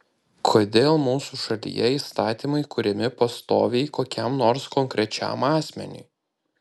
kodėl mūsų šalyje įstatymai kuriami pastoviai kokiam nors konkrečiam asmeniui